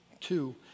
Two